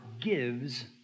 gives